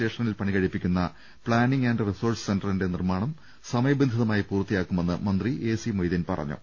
റ്റേഷനിൽ പണികഴിപ്പിക്കുന്ന planning and resource സെന്ററിന്റെ നിർമാണം സമയബന്ധിതമായി പൂർത്തിയാക്കുമെന്ന് മന്ത്രി എ സി മൊയ് തീൻ പറഞ്ഞു